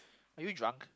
are you drunk